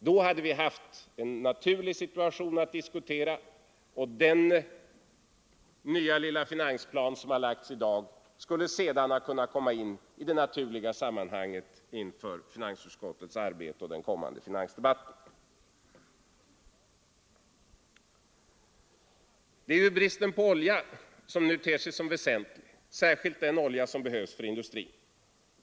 Då hade vi haft en naturlig situation att diskutera, och den nya lilla finansplan som lagts fram i dag skulle sedan ha kunnat komma in i det naturliga sammanhanget inför finansutskottets arbete och den kommande finansdebatten. Det är ju bristen på olja som nu ter sig som väsentlig, särskilt den olja som behövs för industrin.